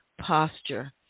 posture